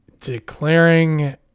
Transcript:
declaring